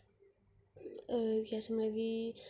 एह् इसमें बी